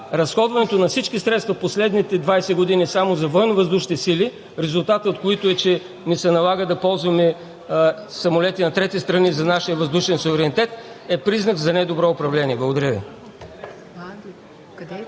разходването на всички средства в последните 20 години само за Военновъздушни сили, резултатът от което е, че ни се налага да ползваме самолети на трети страни за нашия въздушен суверенитет, е признак за недобро управление. Благодаря Ви.